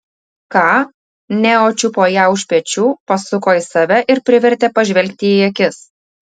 ką neo čiupo ją už pečių pasuko į save ir privertė pažvelgti į akis